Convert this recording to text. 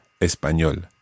Español